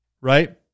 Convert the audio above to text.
right